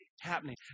happening